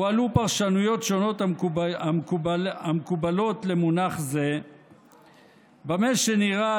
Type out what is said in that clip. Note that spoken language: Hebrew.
הועלו פרשנויות שונות המקובלות למונח זה במה שנראה,